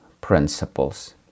principles